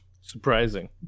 surprising